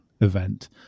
event